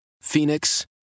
Phoenix